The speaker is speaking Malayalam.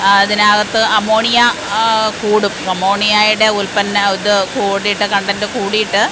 അതിനകത്ത് അമോണിയ കൂടും അമോണിയായുടെ ഉൽപ്പന്നം ഇത് കൂടിയിട്ട് കണ്ടൻറ്റ് കൂടിയിട്ട്